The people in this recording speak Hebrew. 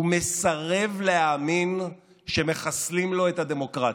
ומסרב להאמין שמחסלים לו את הדמוקרטיה.